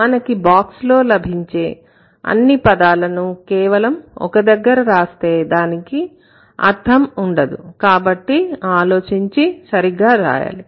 మనకి బాక్స్ లో లభించే అన్ని పదాలను కేవలం ఒక దగ్గర రాస్తే దానికి అర్థం ఉండదు కాబట్టి ఆలోచించి సరిగా రాయాలి